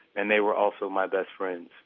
and they were also my best friends